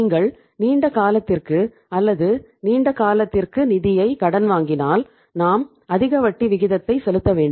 நீங்கள் நீண்ட காலத்திற்கு அல்லது நீண்ட காலத்திற்கு நிதியை கடன் வாங்கினால் நாம் அதிக வட்டி விகிதத்தை செலுத்த வேண்டும்